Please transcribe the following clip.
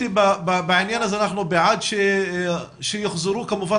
בעניין הזה אנחנו בעד שיוחזרו כמובן